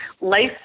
life